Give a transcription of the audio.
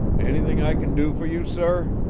anything i can do for you, sir?